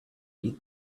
eat